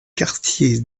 quartiers